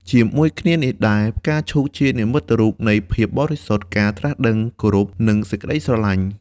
ជាមួយគ្នានេះដែរ ផ្កាឈូកជានិមិត្តរូបនៃ ភាពបរិសុទ្ធ ការត្រាស់ដឹង គោរព និងសេចក្ដីស្រឡាញ់។